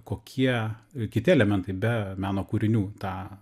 kokie kiti elementai be meno kūrinių tą